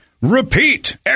repeat